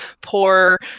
poor